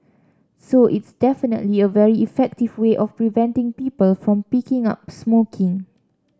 so it's definitely a very effective way of preventing people from picking up smoking